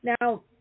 Now